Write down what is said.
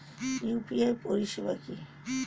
UPI পরিষেবা কি?